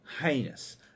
heinous